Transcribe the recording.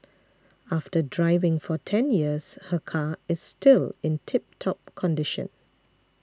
after driving for ten years her car is still in tip top condition